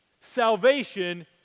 salvation